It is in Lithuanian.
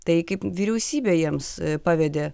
tai kaip vyriausybė jiems pavedė